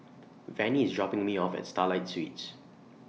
Vannie IS dropping Me off At Starlight Suites